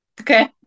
Okay